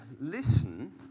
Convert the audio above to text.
listen